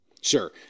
Sure